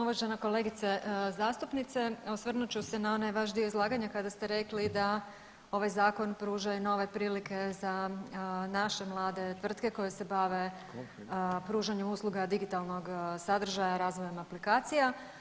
Uvažena kolegice zastupnice, osvrnut ću se na onaj vaš dio izlaganja kada ste rekli da ovaj zakon pruža i nove prilike za naše mlade tvrtke koje se bave pružanjem usluga digitalnog sadržaja razvojem aplikacija.